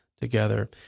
together